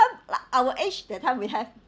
like our age that time we have